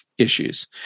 issues